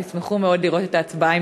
וישמחו מאוד לראות את ההצבעה,